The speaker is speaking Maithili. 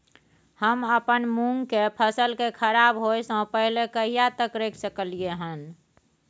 हम अपन मूंग के फसल के खराब होय स पहिले कहिया तक रख सकलिए हन?